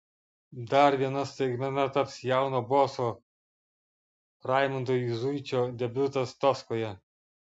dar viena staigmena taps jauno boso raimundo juzuičio debiutas toskoje